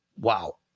wow